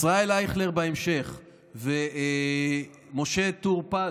ישראל אייכלר בהמשך ומשה טור פז,